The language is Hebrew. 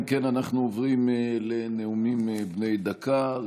אם כן, אנחנו עוברים לנאומים בני דקה.